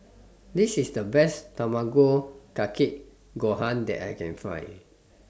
This IS The Best Tamago Kake Gohan that I Can Find